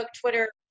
Twitter